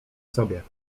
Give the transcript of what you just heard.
sobie